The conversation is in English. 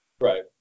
Right